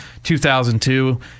2002